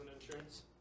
insurance